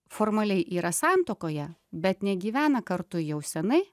formaliai yra santuokoje bet negyvena kartu jau senai